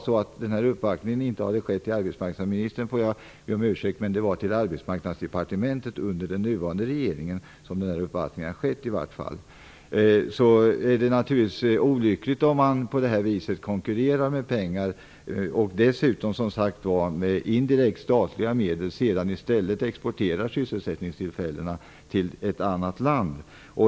Om den här uppvaktningen inte har skett hos arbetsmarknadsministern ber jag om ursäkt, men man uppvaktade i alla fall Arbetsmarknadsdepartementet under den nuvarande regeringen. Det är naturligtvis olyckligt om man konkurrerar på det här viset med pengar, dessutom om man med indirekt statliga medel i stället exporterar sysselsättningstillfällena till ett annat land.